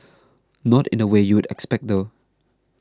not in the way you'd expect though